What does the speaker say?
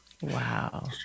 wow